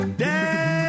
day